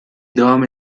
devam